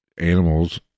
animals